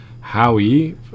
Howie